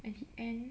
at the end